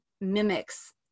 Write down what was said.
mimics